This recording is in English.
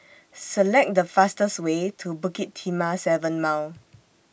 Select The fastest Way to Bukit Timah seven Mile